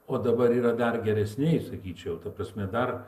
o dabar yra dar geresnėj sakyčiau ta prasme dar